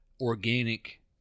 organic